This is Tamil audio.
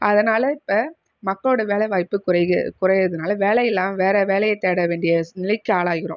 அதனால் இப்போ மக்களோட வேலை வாய்ப்பு குறை குறையிறதனால வேலை இல்லாமல் வேற வேலையை தேட வேண்டிய சூழ்நிலைக்கு ஆளாகிறோம்